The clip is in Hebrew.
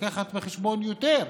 להביא בחשבון יותר,